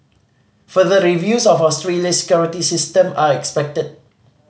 further reviews of Australia's security system are expected